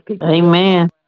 Amen